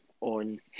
on